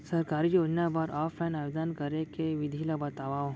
सरकारी योजना बर ऑफलाइन आवेदन करे के विधि ला बतावव